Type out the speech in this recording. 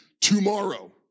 tomorrow